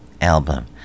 album